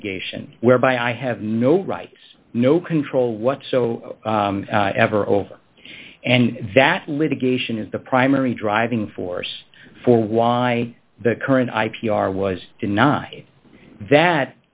litigation whereby i have no rights no control what so ever over and that litigation is the primary driving force for why the current i p r was denied that